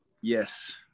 Yes